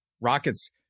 Rockets